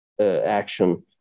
action